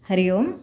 हरिः ओम्